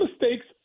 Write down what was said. mistakes